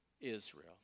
Israel